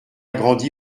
grandi